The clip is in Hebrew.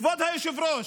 כבוד היושב-ראש,